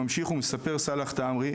ממשיך ומספר סאלח תעמרי,